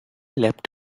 leapt